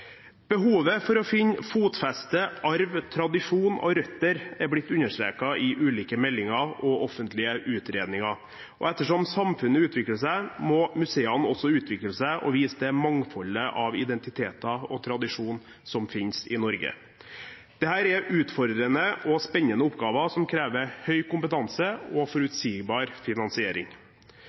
Behovet for å finne fotfeste, arv, tradisjon og røtter er blitt understreket i ulike meldinger og offentlige utredninger. Ettersom samfunnet utvikler seg, må museene også utvikle seg og vise det mangfoldet av identiteter og tradisjon som fins i Norge. Dette er utfordrende og spennende oppgaver som krever høy kompetanse og forutsigbar finansiering.